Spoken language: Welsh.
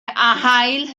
hail